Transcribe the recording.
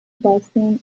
vaccine